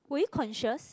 were you conscious